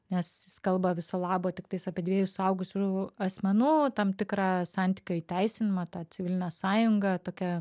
nes jis kalba viso labo tiktai apie dviejų suaugusių asmenų tam tikrą santykio įteisinimą tą civilinę sąjungą tokia